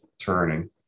turning